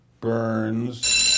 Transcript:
Burns